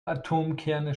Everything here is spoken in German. atomkerne